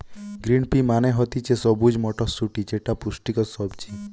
green pea মানে হতিছে সবুজ মটরশুটি যেটা পুষ্টিকর সবজি